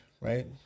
right